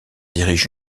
dirige